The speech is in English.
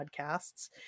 podcasts